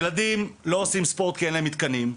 ילדים לא עושים ספורט כי אין להם מתקנים.